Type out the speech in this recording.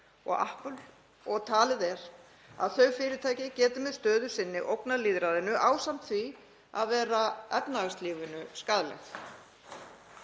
og Apple og talið er að þau fyrirtæki geti með stöðu sinni ógnað lýðræðinu ásamt því að vera efnahagslífinu skaðleg.